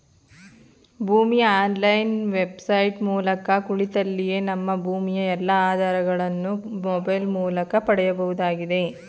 ಭೂಮಿ online website ಮೂಲಕ ಕುಳಿತಲ್ಲಿಯೇ ನಮ್ಮ ಭೂಮಿಯ ಎಲ್ಲಾ ಆಧಾರಗಳನ್ನು ಮೊಬೈಲ್ ಮೂಲಕ ಪಡೆಯಬಹುದಾಗಿದೆ